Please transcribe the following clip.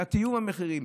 בתיאום המחירים.